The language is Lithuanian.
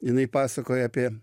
jinai pasakoja apie